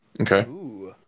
Okay